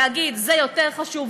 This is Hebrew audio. להגיד: זה יותר חשוב,